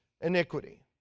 iniquity